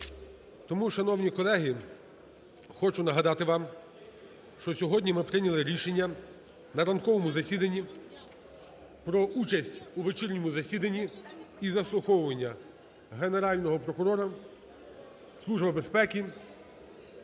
Тому, шановні колеги, хочу нагадати вам, що сьогодні ми прийняли рішення на ранковому засіданні про участь у вечірньому засіданні і заслуховування Генерального прокурора, Служби безпеки,